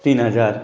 তিন হাজার